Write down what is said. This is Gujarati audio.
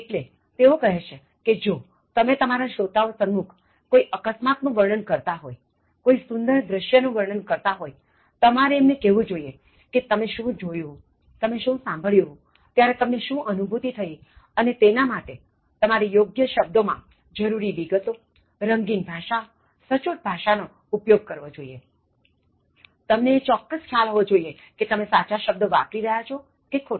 એટલે તેઓ કહે છે કે જો તમે તમારા શ્રોતાઓ સન્મુખ કોઇ અકસ્માત નું વર્ણન કરતા હોયકોઇ સુંદર દ્રશ્ય નું વર્ણન કરતા હોય તમારે એમને કહેવું જોઇએ કે તમે શું જોયું તમે શું સાંભળ્યુંત્યારે તમને શું અનુભૂતિ થઇ અને તેના માટેતમારે યોગ્ય શબ્દોમાં જરુરી વિગતો રંગીન ભાષા સચોટ ભાષા નો ઉપયોગ કરવો જોઇએ તમને એ ચોક્ક્સ ખ્યાલ હોવો જોઇએ કે તમે સાચા શબ્દો વાપરી રહ્યા છો કે ખોટા